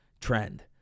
trend